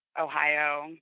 Ohio